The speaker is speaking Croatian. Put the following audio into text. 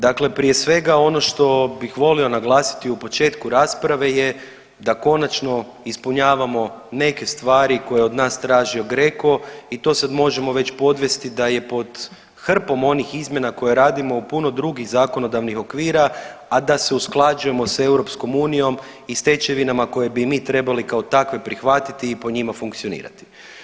Dakle, prije svega ono što bih volio naglasiti u početku rasprave je da konačno ispunjavamo neke stvari koje je od nas tražio GRECO i to sad možemo već podvesti da je pod hrpom onih izmjena koje radimo puno onih drugih zakonodavnih okvira, a da se usklađujemo sa EU i stečevinama koje bi mi trebali kao takve prihvatiti i po njima funkcionirati.